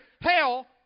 hell